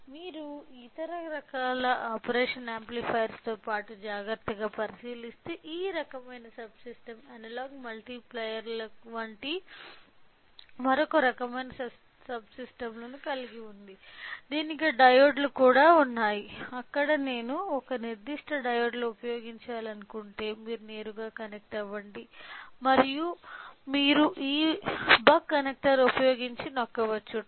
మీరు ఈ ఇతర రకాల ఆపరేషనల్ యాంప్లిఫైయర్తో పాటు జాగ్రత్తగా పరిశీలిస్తే ఈ రకమైన సబ్ సిస్టం అనలాగ్ మల్టిప్లైయర్ల వంటి మరొక రకమైన సబ్ సిస్టం లను కలిగి ఉంది దీనికి డయోడ్లు కూడా ఉన్నాయి ఇక్కడ నేను ఒక నిర్దిష్ట డయోడ్లను ఉపయోగించాలనుకుంటే మీరు నేరుగా కనెక్ట్ అవ్వండి మరియు మీరు ఈ బక్ కనెక్టర్ ఉపయోగించి నొక్కవచ్చు